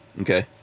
Okay